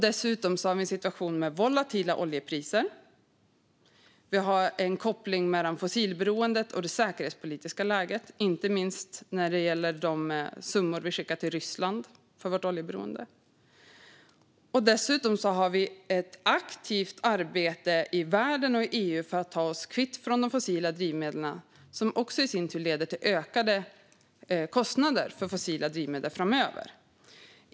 Dessutom är oljepriserna volatila, och det finns en koppling mellan fossilberoendet och det säkerhetspolitiska läget - inte minst när det gäller de summor som skickas till Ryssland som följd av oljeberoendet. Det pågår också ett aktivt arbete i världen och i EU för att göra oss kvitt de fossila drivmedlen, som i sin tur leder till ökade kostnader för fossila drivmedel framöver.